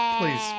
Please